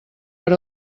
per